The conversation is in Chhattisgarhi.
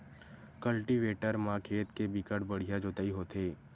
कल्टीवेटर म खेत के बिकट बड़िहा जोतई होथे